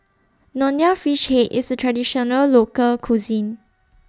Nonya Fish Head IS A Traditional Local Cuisine